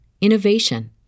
innovation